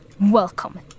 Welcome